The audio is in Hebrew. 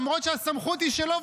למרות שהסמכות היא שלו,